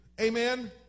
Amen